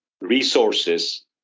resources